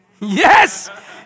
yes